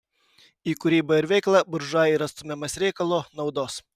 į kūrybą ir veiklą buržua yra stumiamas reikalo naudos